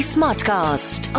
Smartcast